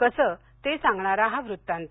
कसं ते सांगणारा हा वृत्तांत